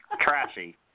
Trashy